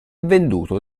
venduto